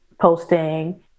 posting